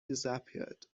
disappeared